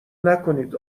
نکنید